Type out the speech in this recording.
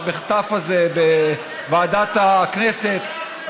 המחטף הזה בוועדת הכנסת,